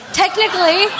technically